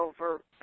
over